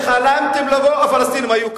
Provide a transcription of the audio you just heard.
לפני שחלמתם לבוא הפלסטינים היו כאן,